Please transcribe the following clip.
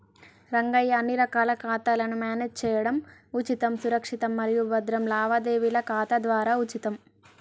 రంగయ్య అన్ని రకాల ఖాతాలను మేనేజ్ చేయడం ఉచితం సురక్షితం మరియు భద్రం లావాదేవీల ఖాతా ద్వారా ఉచితం